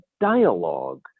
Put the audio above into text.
dialogue